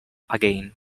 again